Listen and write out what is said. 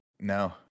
No